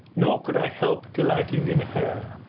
nor could i help delighting in her,